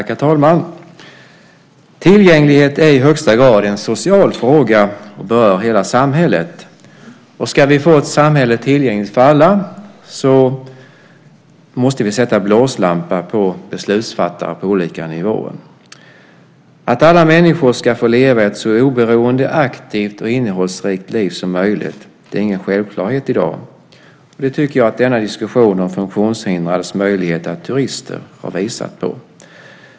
Herr talman! Tillgänglighet är i högsta grad en social fråga och berör hela samhället. Ska vi få ett samhälle tillgängligt för alla måste vi sätta blåslampa på beslutsfattare på olika nivåer. Att alla människor ska få leva ett så oberoende, aktivt och innehållsrikt liv som möjligt är ingen självklarhet i dag. Det tycker jag att denna diskussion om funktionshindrades möjligheter att turista har visat på.